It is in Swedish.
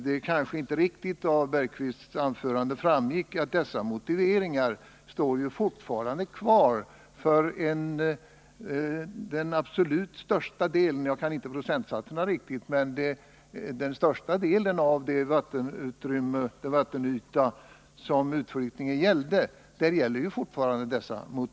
Det kanske inte klart framgick av Jan Bergqvists anförande att dessa motiveringar fortfarande står kvar för den absolut största delen av den vattenyta som utflyttningen gällde.